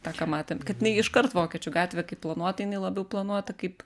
tą ką matėm kad jinai iškart vokiečių gatvė kaip planuota jinai labiau planuota kaip